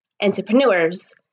entrepreneurs